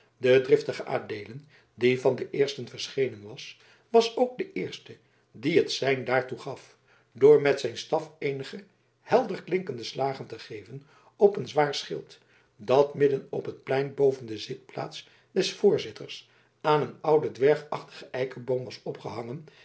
de driftige adeelen die van de eersten verschenen was was ook de eerste die het sein daartoe gaf door met zijn staf eenige helderklinkende slagen te geven op een zwaar schild dat midden op het plein boven de zitplaats des voorzitters aan een ouden dwergachtigen eikeboom was opgehangen